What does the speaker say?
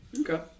Okay